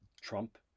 Trump